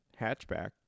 hatchback